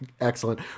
Excellent